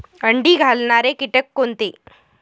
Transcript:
अंडी घालणारे किटक कोणते?